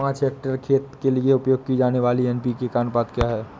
पाँच हेक्टेयर खेत के लिए उपयोग की जाने वाली एन.पी.के का अनुपात क्या होता है?